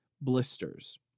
blisters